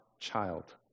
child